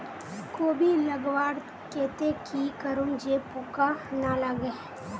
कोबी लगवार केते की करूम जे पूका ना लागे?